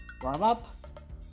Warm-up